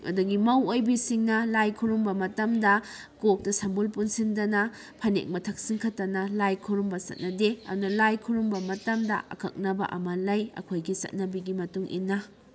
ꯑꯗꯨꯗꯒꯤ ꯃꯧ ꯑꯣꯏꯕꯤꯁꯤꯡꯅ ꯂꯥꯏ ꯈꯨꯔꯨꯝꯕ ꯃꯇꯝꯗ ꯀꯣꯛꯇ ꯁꯝꯕꯨꯜ ꯄꯨꯜꯁꯤꯟꯗꯅ ꯐꯅꯦꯛ ꯃꯊꯛ ꯆꯤꯡꯈꯠꯇꯅ ꯂꯥꯏ ꯈꯨꯔꯨꯝꯕ ꯆꯠꯅꯗꯦ ꯑꯗꯨꯅ ꯂꯥꯏ ꯈꯨꯔꯨꯝꯕ ꯃꯇꯝꯗ ꯑꯀꯛꯅꯕ ꯑꯃ ꯂꯩ ꯑꯩꯈꯣꯏꯒꯤ ꯆꯠꯅꯕꯤꯒꯤ ꯃꯇꯨꯡ ꯏꯟꯅ